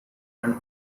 and